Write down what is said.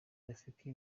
rafiki